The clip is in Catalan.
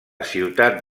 ciutat